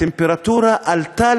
הטמפרטורה עלתה,